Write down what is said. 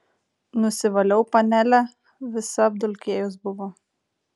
nusivaliau panelę visa apdulkėjus buvo